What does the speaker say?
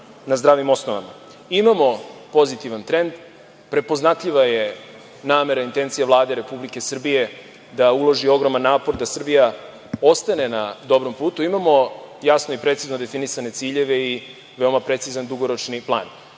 na zdravim osnovama. Imamo pozitivan trend, prepoznatljiva je namera, intencija Vlade Republike Srbije da uloži ogroman napor da Srbija ostane na dobrom putu. Imamo jasno i precizno definisane ciljeve i veoma precizan dugoročni plan. Zakon